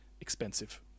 expensive